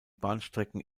bahnstrecken